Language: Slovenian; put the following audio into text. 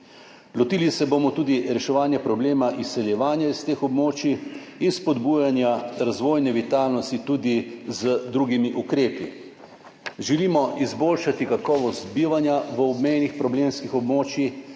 Lotili se bomo tudi reševanja problema izseljevanja s teh območij in spodbujanja razvojne vitalnosti tudi z drugimi ukrepi. Želimo izboljšati kakovost bivanja na obmejnih problemskih območjih,